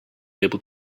able